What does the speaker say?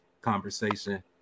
conversation